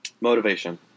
Motivation